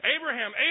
Abraham